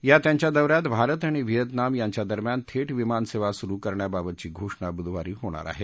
या त्यांच्या दौ यात भारत आणि व्हिएतनाम यांच्यादरम्यान थेट विमानसेवा सुरू करण्याबाबतची घोषणा बुधवारी होणार आहे